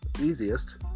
easiest